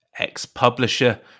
Ex-publisher